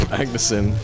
Magnuson